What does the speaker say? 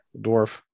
Dwarf